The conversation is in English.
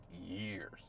years